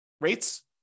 rates